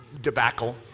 debacle